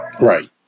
Right